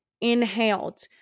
inhaled